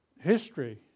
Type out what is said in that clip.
history